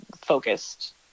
focused